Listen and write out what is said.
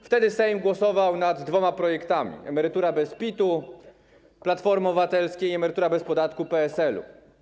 Wtedy Sejm głosował nad dwoma projektami: emerytura bez PIT-u, projekt Platformy Obywatelskiej i emerytura bez podatku, projekt PSL-u.